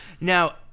Now